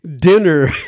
dinner